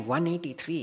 183